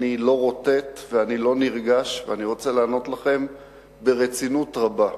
אני לא רוטט ואני לא נרגש ואני רוצה לענות לכם ברצינות רבה.